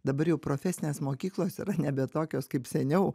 dabar jau profesinės mokyklos yra nebe tokios kaip seniau